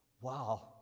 Wow